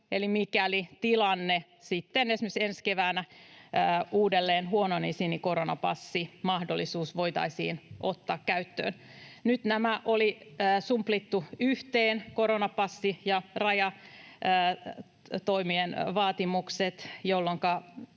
eli mikäli tilanne sitten esimerkiksi ensi keväänä uudelleen huononisi, niin koronapassimahdollisuus voitaisiin ottaa käyttöön. Nyt nämä oli sumplittu yhteen, koronapassi ja rajatoimien vaatimukset, jolloinka